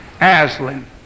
Aslan